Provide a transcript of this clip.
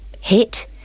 hit